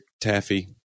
taffy